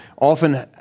often